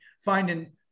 finding